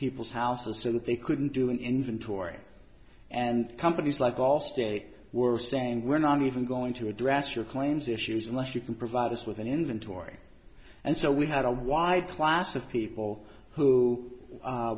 people's houses didn't they couldn't do an inventory and companies like allstate were saying we're not even going to address your claims issues unless you can provide us with an inventory and so we had a wide class of people who